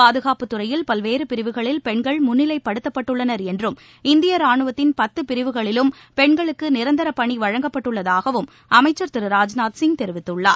பாதுகாப்புத்துறையில் பல்வேறு பிரிவுகளில் பெண்கள் முன்னிலைப்படுத்தப்பட்டுள்ளனர் என்றும் இந்திய ராணுவத்தின் பத்து பிரிவுகளிலும் பெண்களுக்கு நிரந்தர பணி வழங்கப்பட்டுள்ளதாகவும் அமைச்சர் ராஜ்நாத்சிங் தெரிவித்துள்ளார்